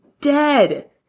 dead